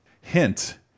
Hint